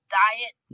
diet